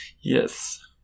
Yes